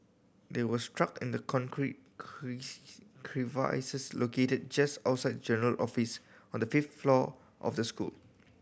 they were struck in the concrete crevices located just outside general office on the fifth floor of the school